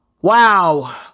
Wow